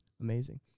amazing